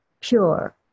pure